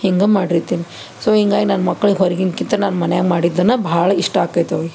ಹಿಂಗೆ ಮಾಡಿರ್ತೀನಿ ಸೊ ಹಿಂಗಾಗಿ ನನ್ನ ಮಕ್ಳಗೆ ಹೊರಗಿನ್ಕಿಂತ ನಾನು ಮನ್ಯಾಗ ಮಾಡಿದ್ದೇನ ಭಾಳ ಇಷ್ಟ ಆಕೈತೆ ಅವ್ರಿಗೆ